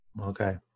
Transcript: Okay